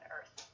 Earth